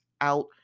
out